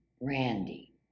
Randy